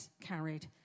carried